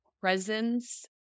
presence